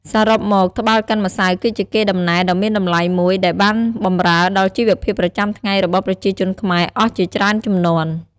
សរុបមក ត្បាល់កិនម្សៅគឺជាកេរដំណែលដ៏មានតម្លៃមួយ ដែលបានបម្រើដល់ជីវភាពប្រចាំថ្ងៃរបស់ប្រជាជនខ្មែរអស់ជាច្រើនជំនាន់។